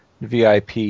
VIP